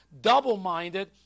double-minded